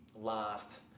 last